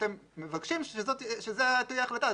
שאתם מבקשים שזו תהיה ההחלטה.